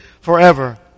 forever